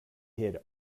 hid